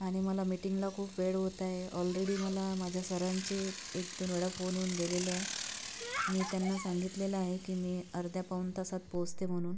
आणि मला मीटिंगला खूप वेळ होत आहे ऑलरेडी मला माझ्या सरांचे एक दोन वेळा फोन येऊन गेलेले आहे मी त्यांना सांगितलेलं आहे की मी अर्ध्या पाऊण तासात पोचते म्हणून